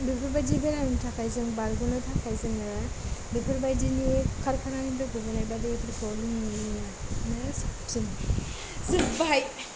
बेफोरबायदि बेरामनि थाखाय जों बारग'नो थाखाय जोङो बेफोरबायदिनि कारखानानिफ्राय ग'बोनाय बा दैफोरखौ लोङिआनो साबसिन जोबबाय